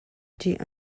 ṭih